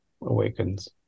awakens